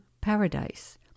paradise